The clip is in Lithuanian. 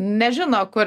nežino kur